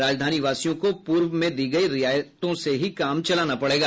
राजधानीवासियों को पूर्व में दी गयी रियायतों से ही काम चलाना पड़ेगा